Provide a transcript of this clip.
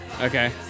Okay